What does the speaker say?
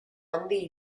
andy